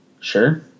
Sure